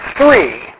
three